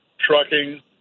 trucking